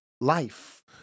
life